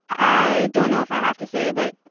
i don't know if i have to say, but,